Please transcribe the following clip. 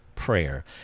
Prayer